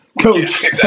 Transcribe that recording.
Coach